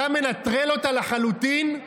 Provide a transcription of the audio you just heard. אתה מנטרל אותה לחלוטין?